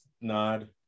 nod